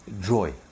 Joy